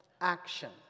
action